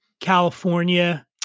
California